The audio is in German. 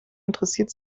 interessiert